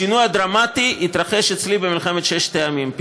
השינוי הדרמטי התרחש אצלי במלחמת ששת הימים,